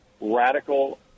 radical